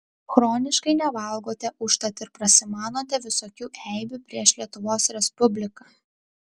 chroniškai nevalgote užtat ir prasimanote visokių eibių prieš lietuvos respubliką